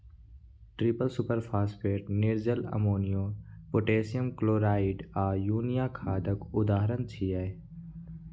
triple superphosphate, निर्जल अमोनियो, potassium chloride आ यूरिया खादक उदाहरण छियै